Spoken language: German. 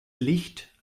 licht